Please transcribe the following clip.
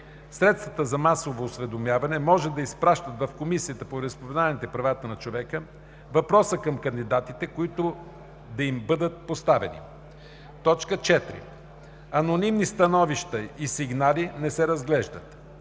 Средствата за масово осведомяване може да изпращат в Комисията по вероизповеданията и правата на човека въпроси към кандидатите, които да им бъдат поставени. 4. Анонимни становища и сигнали не се разглеждат.